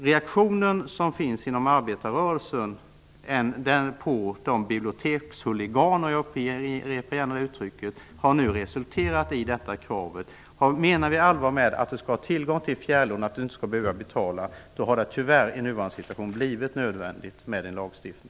Reaktionen inom arbetarrörelsen på bibliotekshuliganerna - jag upprepar gärna det uttrycket - har resulterat i detta krav. Om vi menar allvar med att man skall ha tillgång till fjärrlån och inte skall behöva betala, har det tyvärr i nuvarande situation blivit nödvändigt med en lagstiftning.